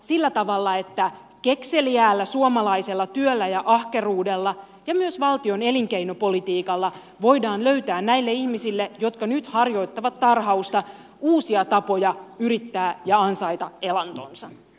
sillä tavalla että kekseliäällä suomalaisella työllä ja ahkeruudella ja myös valtion elinkeinopolitiikalla voidaan löytää näille ihmisille jotka nyt harjoittavat tarhausta uusia tapoja yrittää ja ansaita elantonsa